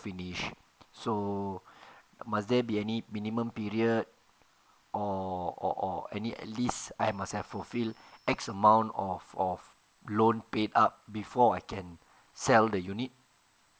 finish so must there be any minimum period or or or or any at least I must have fulfill X amount of of loan paid up before I can sell the unit